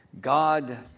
God